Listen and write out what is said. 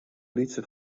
lytse